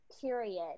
period